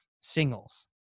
singles